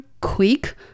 quick